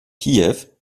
kiew